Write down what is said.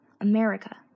America